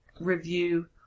review